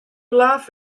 laugh